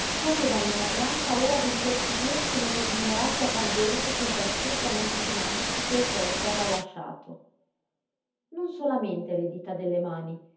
che avevano una gran paura d'intorpidirsi nello smemorato abbandono in cui da circa una settimana tutto il corpo era lasciato non solamente le dita delle mani